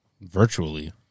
virtually